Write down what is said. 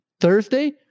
Thursday